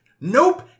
nope